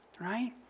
Right